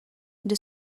the